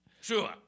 Sure